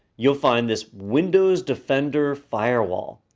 you'll find this windows defender firewall.